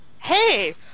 Hey